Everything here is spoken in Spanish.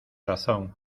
razón